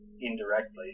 indirectly